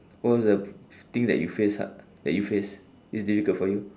what was the f~ thing that you face ah that you face is difficult for you